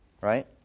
right